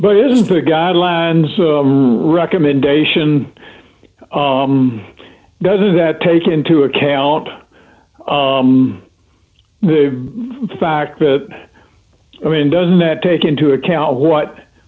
but isn't the guidelines a recommendation doesn't that take into account the fact that i mean doesn't that take into account what